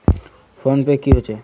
Phone पै की होचे?